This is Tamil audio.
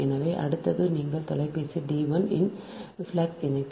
எனவே அடுத்தது உங்கள் தொலைபேசி டி 1 இன் ஃப்ளக்ஸ் இணைப்பு